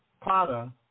Potter